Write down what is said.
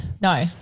No